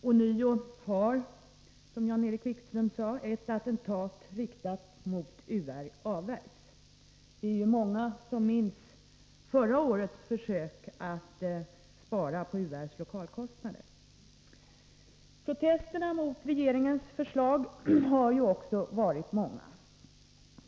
Ånyo har, som Jan-Erik Wikström sade, ett attentat riktat mot UR avvärjts. Vi är många som minns förra årets försök att spara på UR:s lokalkostnader. Protesterna mot regeringens förslag har också varit många.